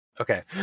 Okay